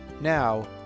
Now